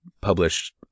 published